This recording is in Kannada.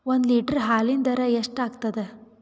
ಒಂದ್ ಲೀಟರ್ ಹಾಲಿನ ದರ ಎಷ್ಟ್ ಆಗತದ?